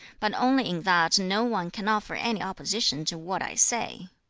but only in that no one can offer any opposition to what i say!